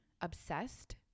obsessed